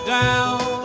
down